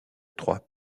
trois